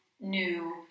new